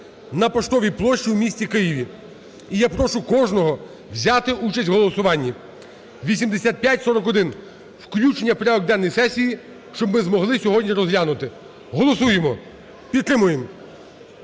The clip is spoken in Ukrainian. на Поштовій площі у місті Києві. І я прошу кожного взяти участь у голосуванні. 8541- включення в порядок денний сесії, щоб ми змогли сьогодні розглянути. Голосуємо, підтримуємо.